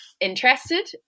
interested